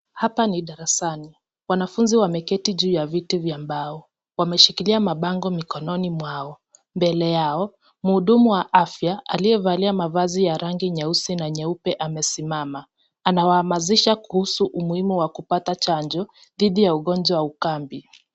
Hapa ni darasani. Wanafunzi wameketi juu ya viti vya mbao. Wameshikilia bango mikononi mwao. Mbele yao, mhudumu wa afya aliyevalia mavazi ya rangi nyeusi na nyeupe amesimama. Anawahamasisha umuhimu wa kupata chanjo dhidi ya ugonjwa wa ukambi.